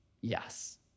Yes